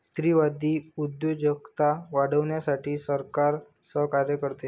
स्त्रीवादी उद्योजकता वाढवण्यासाठी सरकार सहकार्य करते